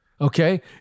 Okay